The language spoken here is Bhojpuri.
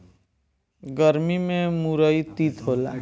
गरमी में मुरई तीत होला